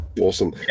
Awesome